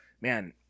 man